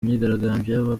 imyigaragambyo